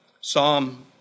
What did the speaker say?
Psalm